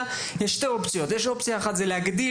יש שתי אופציות אופציה אחת היא להגדיל